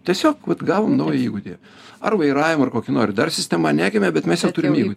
tiesiog vat gaunu naują įgūdį ar vairavimo ar kokių nori dar sistema negimė bet mes jau turim įgūdį